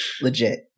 Legit